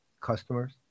customers